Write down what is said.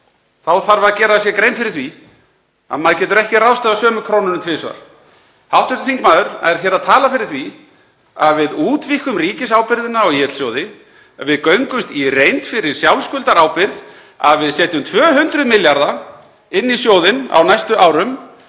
Þá þarf að gera sér grein fyrir því að maður getur ekki ráðstafað sömu krónunni tvisvar. Hv. þingmaður er hér að tala fyrir því að við útvíkkum ríkisábyrgðina á ÍL-sjóði, að við göngumst í reynd fyrir sjálfskuldarábyrgð og setjum 200 milljarða inn í sjóðinn á næstu árum.